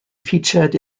featured